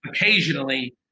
occasionally